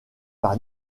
par